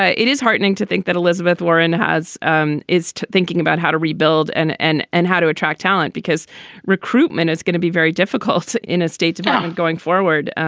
ah it is heartening to think that elizabeth warren has um is thinking about how to rebuild and and and how to attract talent because recruitment is going to be very difficult in a state department going forward.